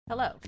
Hello